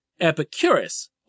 Epicurus